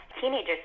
teenagers